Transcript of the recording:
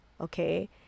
okay